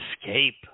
escape